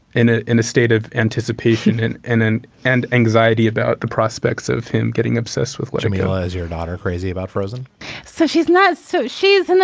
in ah in a state of anticipation and and then and anxiety about the prospects of him getting obsessed with watching me ah as your daughter crazy about frozen so she's not so she is and then.